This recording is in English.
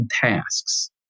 tasks